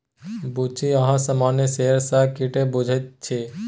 बुच्ची अहाँ सामान्य शेयर सँ की बुझैत छी?